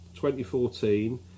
2014